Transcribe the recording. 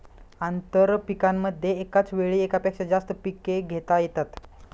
आंतरपीकांमध्ये एकाच वेळी एकापेक्षा जास्त पिके घेता येतात